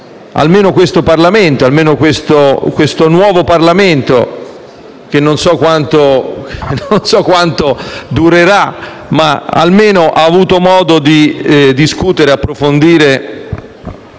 di questo nuovo Parlamento, che non so quanto durerà, ma che almeno ha avuto modo di discutere e approfondire